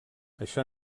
això